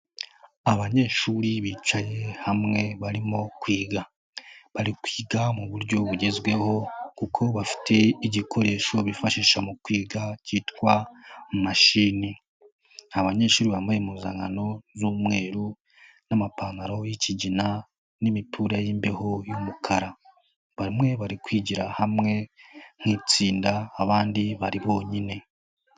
Abanyeshuri bicaye hamwe barimo kwiga bari kwiga mu buryo bugezweho kuko bafite igikoresho bifashisha mu kwiga cyitwa mashini, ni abanyeshuri bambaye impuzankano z'umweru n'amapantaro y'ikigina n'imipira y'imbeho y'umukara, bamwe bari kwigira hamwe nk'itsinda abandi bari bonyine.